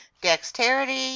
dexterity